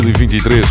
2023